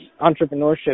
entrepreneurship